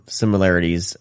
similarities